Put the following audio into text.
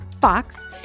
Fox